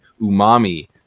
umami